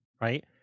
right